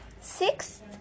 Sixth